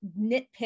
nitpick